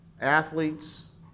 athletes